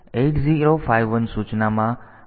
8051 સૂચનામાં બિટ્સ